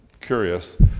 curious